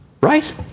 Right